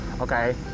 okay